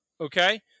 Okay